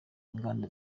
inganda